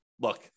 look